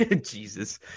Jesus